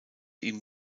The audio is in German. ihm